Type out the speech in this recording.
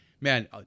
man